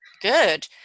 Good